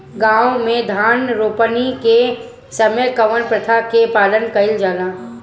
गाँव मे धान रोपनी के समय कउन प्रथा के पालन कइल जाला?